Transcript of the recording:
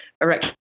erection